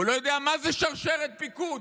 הוא לא יודע מה זה שרשרת פיקוד.